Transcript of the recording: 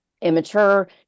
immature